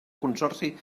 consorci